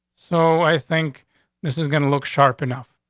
so i think this is gonna look sharp enough.